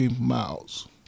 Miles